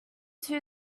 two